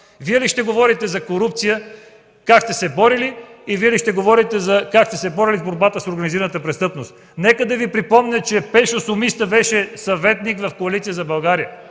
Вие ли ще говорите за корупция как сте се борили и Вие ли ще говорите как сте се борили с организираната престъпност? Нека да Ви припомня, че Пешо Сумиста беше съветник в Коалиция за България